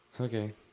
Okay